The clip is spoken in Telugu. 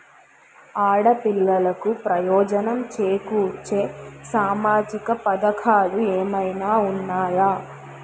ఆడపిల్లలకు ప్రయోజనం చేకూర్చే సామాజిక పథకాలు ఏమైనా ఉన్నాయా?